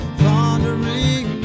thundering